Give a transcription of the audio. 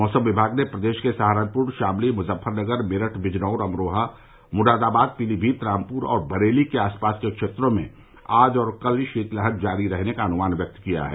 मौसम विमाग ने प्रदेश के सहारनपुर शामली मुजफ्फरनगर मेरठ बिजनौर अमरोहा मुरादाबाद पीलीमीत रामपुर और बरेली के आस पास क्षेत्रों में आज और कल शीतलहर जारी रहने का अनुमान व्यक्त किया है